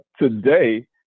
today